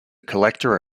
collector